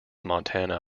montana